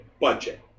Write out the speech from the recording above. budget